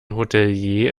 hotelier